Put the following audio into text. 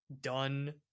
done